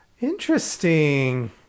Interesting